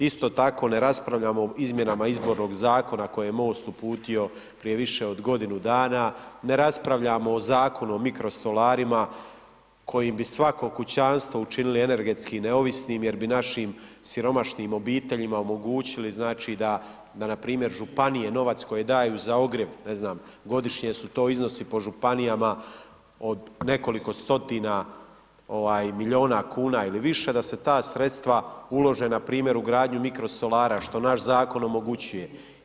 Isto tako, ne raspravljamo o izmjenama Izbornog zakona koji je MOST uputio prije više od godinu dana, ne raspravljamo o Zakonu o mikrosolarima, koji bi svako kućanstvo učinili energetski neovisnim jer bi našim siromašnim obiteljima omogućili znači da npr. županije novac koji daju za ogrjev, ne znam, godišnje su to iznosi po županijama, od nekoliko stotina milijuna kuna ili više, a se ta sredstva uloženu npr. u gradnju mikrosolara, što naš zakon omogućuje.